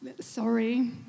Sorry